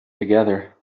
together